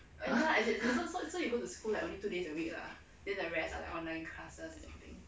!huh!